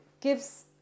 gives